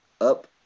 up